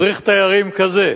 מדריך תיירים כזה,